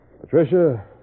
Patricia